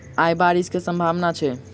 आय बारिश केँ सम्भावना छै?